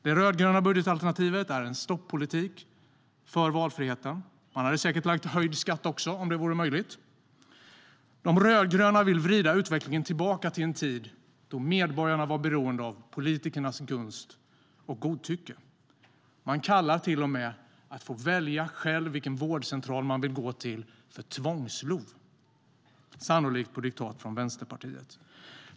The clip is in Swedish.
Det rödgröna budgetalternativet är en stoppolitik för valfrihet. Man hade säkert lagt fram höjd skatt här också om det var möjligt. De rödgröna vill vrida utvecklingen tillbaka till en tid då medborgarna var beroende av politikers gunst och godtycke. Regeringen kallar till och med möjligheten att själv få välja vilken vårdcentral man vill gå till för tvångs-LOV - sannolikt på diktat av Vänsterpartiet.